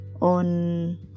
on